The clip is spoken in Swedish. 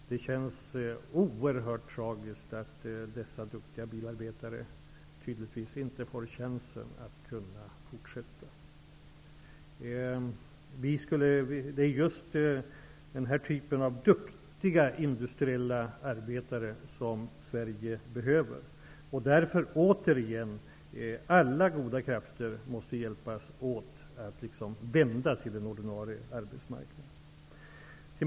Det känns oerhört tragiskt att dessa duktiga bilarbetare tydligtvis inte får chansen att fortsätta med sina arbeten. Det är just denna typ av duktiga industriarbetare som Sverige behöver. Därför vill jag återigen säga att alla goda krafter måste hjälpas åt att vända utvecklingen, så att vi åter får en större ordinarie arbetsmarknad.